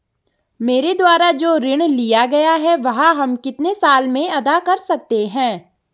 मेरे द्वारा जो ऋण लिया गया है वह हम कितने साल में अदा कर सकते हैं?